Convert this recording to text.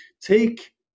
take